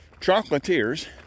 chocolatiers